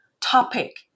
topic